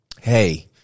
hey